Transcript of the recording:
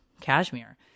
cashmere